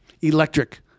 electric